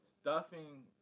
stuffing